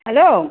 hello